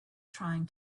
trying